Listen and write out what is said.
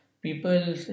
people